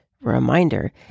reminder